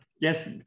Yes